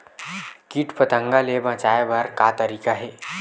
कीट पंतगा ले बचाय बर का तरीका हे?